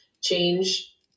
change